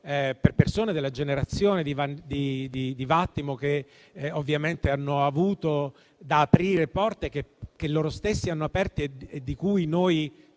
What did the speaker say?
per persone della generazione di Vattimo che ovviamente hanno avuto da aprire porte che loro stessi hanno aperto e di cui noi